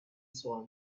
saw